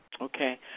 Okay